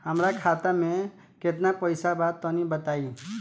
हमरा खाता मे केतना पईसा बा तनि बताईं?